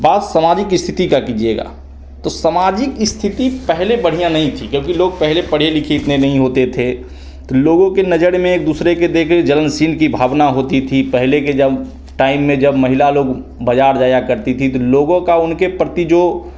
बात समाजिक स्थिति का कीजिएगा तो समाजिक स्थिति पहले बढ़िया नहीं थी क्योंकि लोग पहले पढ़े लिखे इतने नहीं होते थे तो लोगों के नजर में एक दूसरे के देख कर जलनशील की भावना होती थी पहले के जब टाइम में जब महिला लोग बाज़ार जाया करती थी त लोगों का उनके प्रति जो